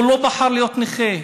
הוא לא בחר להיות נכה.